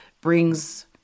brings